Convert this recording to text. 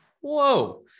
Whoa